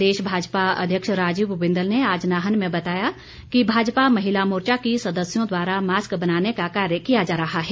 प्रदेश भाजपा अध्यक्ष राजीव बिंदल ने आज नाहन में बताया कि भाजपा महिला मोर्चा की सदस्यों द्वारा मास्क बनाने का कार्य किया जा रहा है